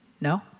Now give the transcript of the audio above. No